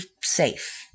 safe